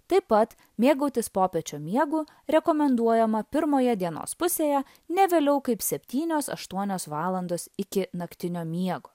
taip pat mėgautis popiečio miegu rekomenduojama pirmoje dienos pusėje ne vėliau kaip septynios aštuonios valandos iki naktinio miego